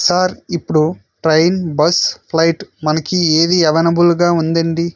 sir ఇప్పుడు train bus flight మనకి ఏది అవైలబుల్గా ఉందండి